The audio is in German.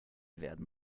werden